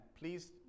Please